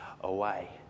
away